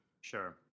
Sure